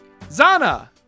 Zana